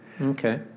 Okay